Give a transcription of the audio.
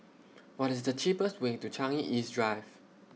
What IS The cheapest Way to Changi East Drive